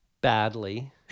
badly